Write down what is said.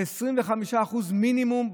25% מינימום.